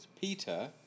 Peter